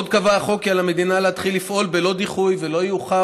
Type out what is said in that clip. עוד קבע החוק כי על המדינה להתחיל לפעול בלא דיחוי ולא יאוחר